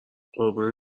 قربون